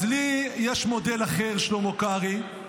אז לי יש מודל אחר, שלמה קרעי.